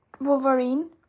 Wolverine